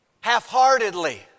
half-heartedly